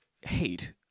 hate